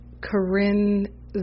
Corinne